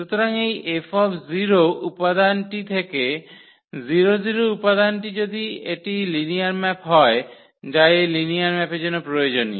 সুতরাং এই 𝐹00 উপাদানটি থেতে 00 উপাদানটি যদি এটি লিনিয়ার ম্যাপ হয় যা এই লিনিয়ার ম্যাপের জন্য প্রয়োজনীয়